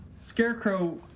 Scarecrow